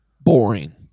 Boring